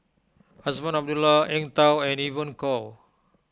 Azman Abdullah Eng Tow and Evon Kow